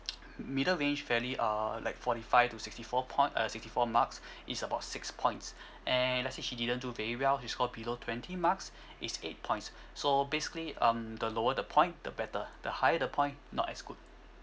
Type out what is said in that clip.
middle range fairly err like forty five to sixty four point uh sixty four marks it's about six points and let's say she didn't do very well she scored below twenty marks it's eight points so basically um the lower the point the better the higher the point not as good